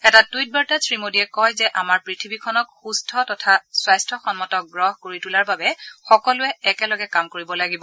এটা টুইট বাৰ্তাত শ্ৰীমোদীয়ে কয় যে আমাৰ পৃথিৱীখনক সুস্থ তথা স্বাস্থ্যসন্মত গ্ৰহ কৰি তোলাৰ বাবে সকলোৱে একেলগে কাম কৰিব লাগিব